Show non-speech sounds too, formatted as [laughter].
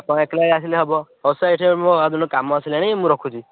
ଆପଣ ଯେତେବେଳେ ଆସିଲେ ହବ ହଉ ସାର୍ [unintelligible] କାମ ଆସିଲାଣି ମୁଁ ରଖୁଛି